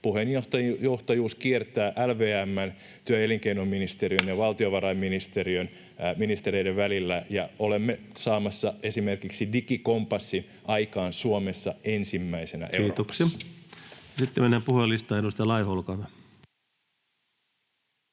Puheenjohtajuus kiertää LVM:n, työ- ja elinkeinoministeriön ja valtiovarainministeriön ministereiden välillä, ja olemme saamassa esimerkiksi digikompassin aikaan Suomessa ensimmäisenä Euroopassa. Kiitoksia. — Sitten mennään puhujalistaan. — Edustaja Laiho, olkaa